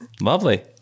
lovely